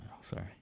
Sorry